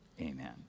amen